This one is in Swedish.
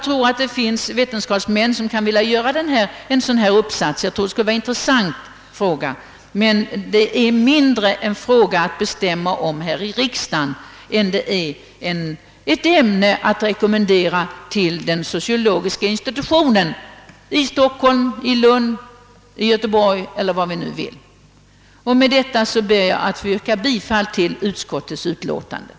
Säkerligen kan vetenskapsmän göra en sådan här undersökning — jag tror också att det är en intressant fråga — men det är mindre en fråga att bestämma om här i riksdagen än ett ämne att rekommendera till den sociologiska institutionen i Stockholm, Lund eller Göteborg. Med detta ber jag att få yrka bifall till utskottets hemställan.